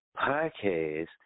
podcast